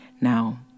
Now